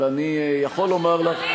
אבל אני יכול לומר לך,